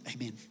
amen